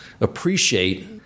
appreciate